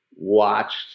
watched